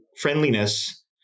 friendliness